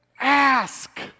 ask